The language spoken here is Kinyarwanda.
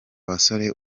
basore